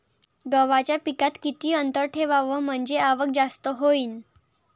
गव्हाच्या पिकात किती अंतर ठेवाव म्हनजे आवक जास्त होईन?